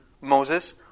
Moses